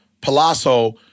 Palazzo